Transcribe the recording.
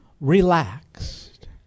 relaxed